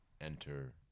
enter